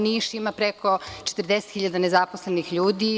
Niš ima preko 40 hiljada nezaposlenih ljudi.